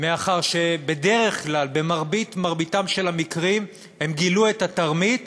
מאחר שבדרך כלל במרביתם של המקרים הם גילו את התרמית